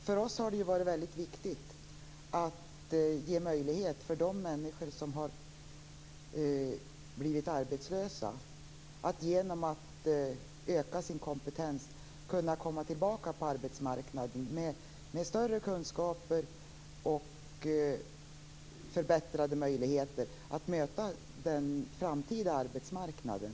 Fru talman! För oss har det varit viktigt att ge möjlighet för de människor som har blivit arbetslösa att genom att öka sin kompetens kunna komma tillbaka på arbetsmarknaden med större kunskaper och förbättrade möjligheter att möta den framtida arbetsmarknaden.